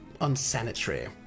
unsanitary